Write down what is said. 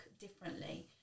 differently